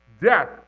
Death